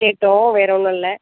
கேட்டோம் வேறே ஒன்றும் இல்லை